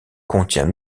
contient